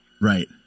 Right